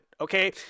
okay